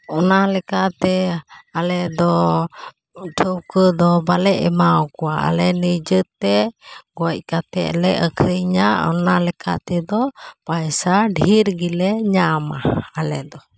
ᱚᱱᱟ ᱞᱮᱠᱟᱛᱮ ᱟᱞᱮ ᱫᱚ ᱴᱷᱟᱹᱣᱠᱟᱹ ᱫᱚ ᱵᱟᱞᱮ ᱮᱢᱟᱣᱟᱠᱚᱣᱟ ᱟᱞᱮ ᱱᱤᱡᱮ ᱛᱮ ᱜᱚᱡᱽ ᱠᱟᱛᱮᱫ ᱞᱮ ᱟᱹᱠᱷᱨᱤᱧᱟ ᱚᱱᱟ ᱞᱮᱠᱟᱛᱮᱫᱚ ᱯᱚᱭᱥᱟ ᱰᱷᱮᱨ ᱜᱮᱞᱮ ᱧᱟᱢᱟ ᱟᱞᱮ ᱫᱚ